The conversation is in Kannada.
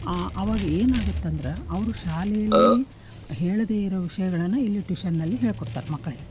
ಅವಾಗ ಏನಾಗತ್ತಂದ್ರೆ ಅವರು ಶಾಲೆಯಲ್ಲಿ ಹೇಳದೇ ಇರೋ ವಿಷಯಗಳನ್ನು ಇಲ್ಲಿ ಟ್ಯೂಷನ್ನಲ್ಲಿ ಹೇಳಿಕೊಡ್ತಾರೆ ಮಕ್ಕಳಿಗೆ